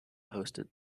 hosted